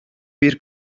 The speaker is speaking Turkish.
bir